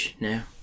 now